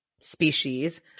species